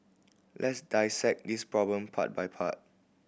let's dissect this problem part by part